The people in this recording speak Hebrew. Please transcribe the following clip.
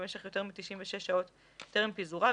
במשך יותר מ-96 שעות טרם פיזורה,